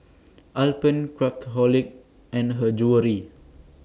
Alpen Craftholic and Her Jewellery